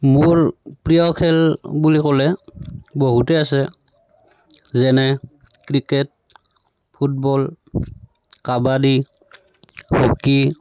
মোৰ প্ৰিয় খেল বুলি ক'লে বহুতে আছে যেনে ক্ৰিকেট ফুটবল কাবাডী হকী